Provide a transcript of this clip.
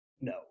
No